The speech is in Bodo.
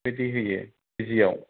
बिदि होयो केजिआव